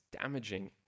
damaging